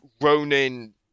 Ronan